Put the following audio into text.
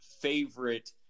favorite